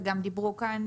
וגם דיברו כאן,